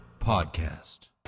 Podcast